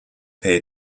pay